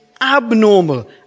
abnormal